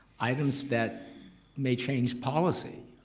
items that may change policy.